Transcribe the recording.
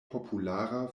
populara